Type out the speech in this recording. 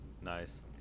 Nice